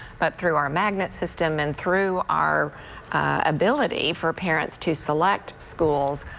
but through our magnet system and through our ability for parents to select schools,